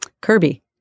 Kirby